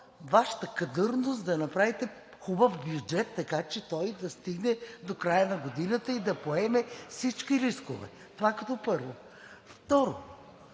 Вашата кадърност да направите хубав бюджет, така че той да стигне до края на годината и да поеме всички рискове. Това като първо. Второ,